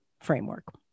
framework